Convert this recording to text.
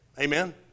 Amen